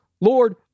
lord